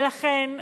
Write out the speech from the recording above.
ולכן,